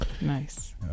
Nice